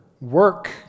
work